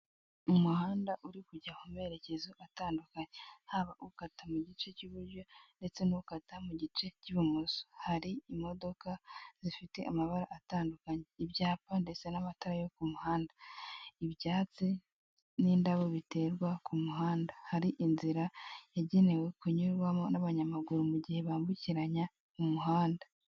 Umuhanda uri kujya mu merekezo atandukanye, haba ukata mu gice cy'iburyo ndetse n'ukata mu gice cy'ibumoso, hari imodoka zifite amabara atandukanye, ibyapa ndetse n'amatara yo ku muhanda, ibyatsi n'indabo biterwa ku muhanda, hari inzira yagenewe kunyurwamo n'abanyamaguru mu gihe bambukiranya umuhanda.